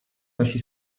nosi